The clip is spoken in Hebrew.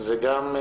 זה גם.